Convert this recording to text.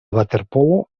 waterpolo